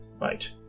Right